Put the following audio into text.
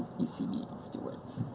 you see me afterwards.